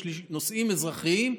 יש לי נושאים אזרחיים.